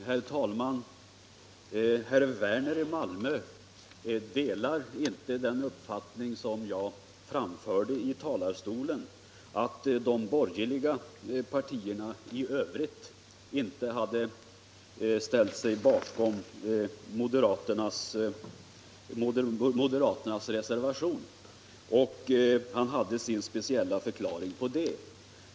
Herr talman! Herr Werner i Malmö delar inte den av mig framförda uppfattningen att de andra borgerliga partierna inte ställt sig bakom moderaternas reservation, och han hade sin speciella förklaring till det förhållandet.